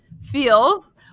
feels